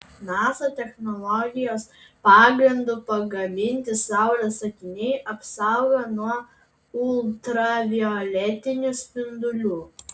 nasa technologijos pagrindu pagaminti saulės akiniai apsaugo nuo ultravioletinių spindulių